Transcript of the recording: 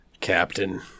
Captain